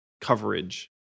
coverage